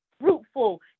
fruitful